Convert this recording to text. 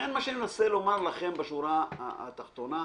לכן, בשורה התחתונה,